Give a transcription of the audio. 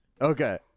Okay